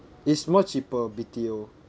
it's more cheaper B_T_O